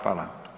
Hvala.